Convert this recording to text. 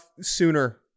sooner